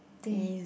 teh